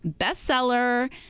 bestseller